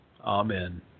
Amen